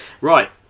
right